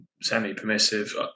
semi-permissive